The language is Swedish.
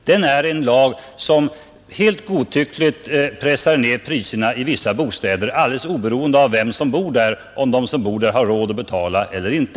Det är en lag som helt godtyckligt håller hyran nere i vissa bostäder alldeles oberoende av om de som bor där har råd att betala eller inte.